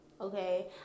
Okay